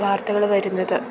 വാർത്തകൾ വരുന്നത്